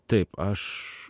taip aš